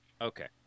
Okay